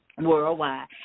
Worldwide